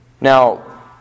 Now